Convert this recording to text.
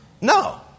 No